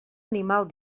animal